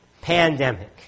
Pandemic